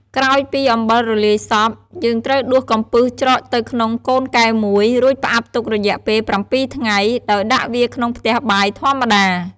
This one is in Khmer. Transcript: ក្រោយពីអំបិលរលាយសព្វ យើងត្រូវដួសកំពឹសច្រកទៅក្នុងកូនកែវមួយ រួចផ្អាប់ទុករយៈពេល ៧ថ្ងៃ ដោយដាក់វាក្នុងផ្ទះបាយធម្មតា។